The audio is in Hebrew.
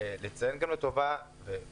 ולציין גם לטובה שוב,